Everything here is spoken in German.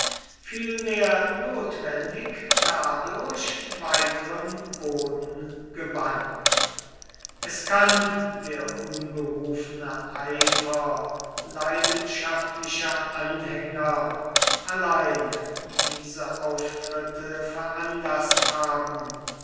vielmehr notwendig dadurch weiteren boden gewann es kann der unberufene eifer leidenschaftlicher anhänger allein diese auftritte veranlaßt haben